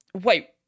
wait